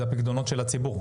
וזה הפיקדונות של הציבור.